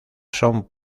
son